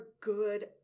good